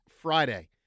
Friday